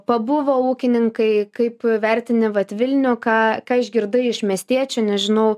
pabuvo ūkininkai kaip vertini vat vilnių ką ką išgirdai iš miestiečių nežinau